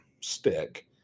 stick